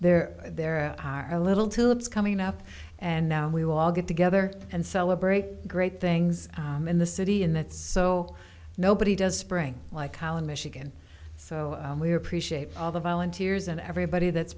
they're there are little till it's coming up and now we will all get together and celebrate great things in the city and that's so nobody does spring like holland michigan so we appreciate all the volunteers and everybody that's